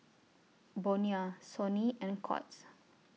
Bonia Sony and Courts